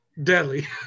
deadly